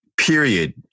period